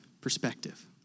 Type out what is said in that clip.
perspective